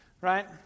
Right